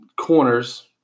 corners